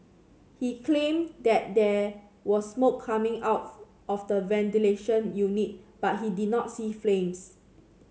he claimed that there was smoke coming out of the ventilation unit but he did not see flames